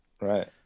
right